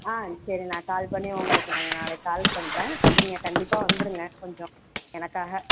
ஆ சரி நான் கால் பண்ணி உங்களுக்கு நாங்கள் நாளைக்கு கால் பண்ணுறேன் நீங்கள் கண்டிப்பாக வந்துடுங்க கொஞ்சம் எனக்காக